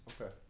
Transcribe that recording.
Okay